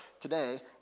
today